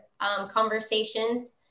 conversations